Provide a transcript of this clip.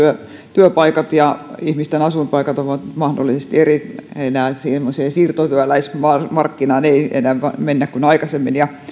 työpaikat ja ihmisten asuinpaikat ovat mahdollisesti erillään enää semmoiseen siirtotyöläismarkkinaan ei mennä kuin aikaisemmin ja